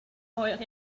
oer